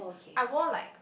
I wore like